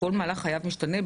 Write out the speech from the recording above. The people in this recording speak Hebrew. כל מהלך החיים שלו משתנה.